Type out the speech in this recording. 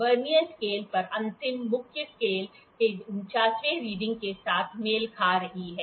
vernier scale पर अंतिम reading मुख्य स्केल के 49वें रीडिंग के साथ मेल खा रही है